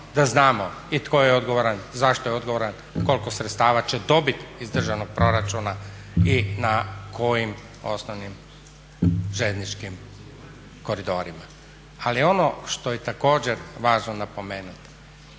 da znamo i tko je odgovoran, zašto je odgovoran, koliko sredstava će dobiti iz državnog proračuna i na kojim osnovnim željezničkim koridorima. Ali ono što je također važno napomenuti